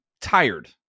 tired